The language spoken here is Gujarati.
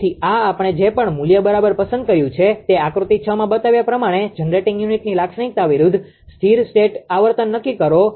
તેથી આ આપણે જે પણ મૂલ્ય બરાબર પસંદ કર્યું છે તે આકૃતિ 6 માં બતાવ્યા પ્રમાણે જનરેટિંગ યુનિટની લાક્ષણિકતા વિરુદ્ધ સ્થિર સ્ટેટ આવર્તન નક્કી કરો